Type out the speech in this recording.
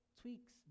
tweaks